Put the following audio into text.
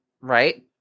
right